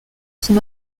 son